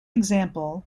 example